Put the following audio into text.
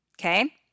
okay